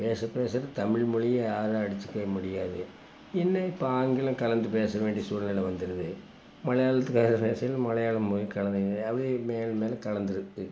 பேச பேச தமிழ் மொழிய யாரும் அடிச்சுக்கவே முடியாது என்ன இப்போ ஆங்கிலம் கலந்து பேசவேண்டிய சூழ்நிலை வந்திருது மலையாளத்துக்காரர் பேசயில் மலையாளம் மொழி கலந்துங்க அப்படியே மேலும் மேலும் கலந்திருக்கு